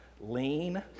lean